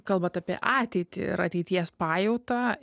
kalbat apie ateitį ir ateities pajautą